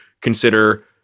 consider